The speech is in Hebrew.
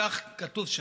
כך כתוב שם: